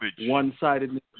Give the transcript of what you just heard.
one-sidedness